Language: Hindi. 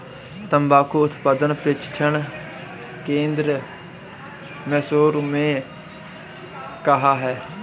तंबाकू उत्पादन प्रशिक्षण केंद्र मैसूर में कहाँ है?